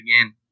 again